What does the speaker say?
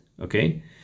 okay